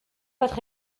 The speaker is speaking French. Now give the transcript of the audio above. votre